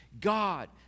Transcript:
God